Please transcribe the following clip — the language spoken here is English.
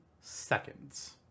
seconds